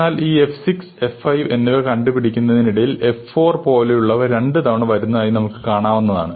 എന്നാൽ ഈ f 6 f 5 എന്നിവ കണ്ടുപിടിക്കുന്നതിനിടയിൽ f 4 പോലുള്ളവ രണ്ടുതവണ വരുന്നതായി നമുക്ക് കാണാവുന്നതാണ്